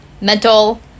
mental